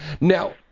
Now